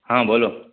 હા બોલો